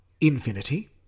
infinity